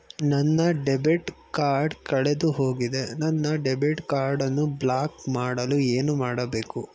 ನನ್ನ debit card ಕಳೆದುಹೋಗಿದೆ ನನ್ನ ಡೆಬಿಟ್ ಕಾರ್ಡ್ ಅನ್ನು ಬ್ಲಾಕ್ ಮಾಡಲು ಏನು ಮಾಡಬೇಕು?